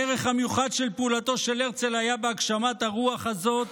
הערך המיוחד של פעולתו של הרצל היה בהגשמת הרוח הזאת